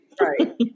Right